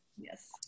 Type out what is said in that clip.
Yes